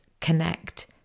connect